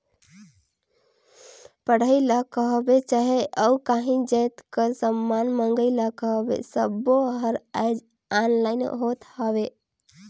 पढ़ई ल कहबे चहे अउ काहीं जाएत कर समान मंगई ल कहबे सब्बों हर आएज ऑनलाईन होत हवें